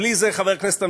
בלי זה, חבר הכנסת אמסלם,